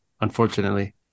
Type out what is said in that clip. unfortunately